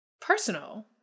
personal